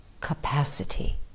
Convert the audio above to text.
capacity